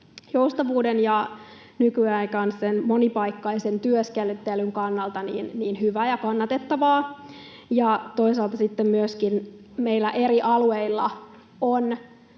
joustavuuden ja nykyajan monipaikkaisen työskentelyn kannalta hyvä ja kannatettavaa. Toisaalta meillä sitten myöskin on eri alueilla